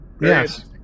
Yes